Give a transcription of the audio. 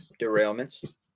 derailments